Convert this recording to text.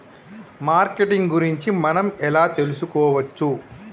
Marketing గురించి మనం ఎలా తెలుసుకోవచ్చు?